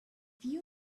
you